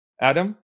Adam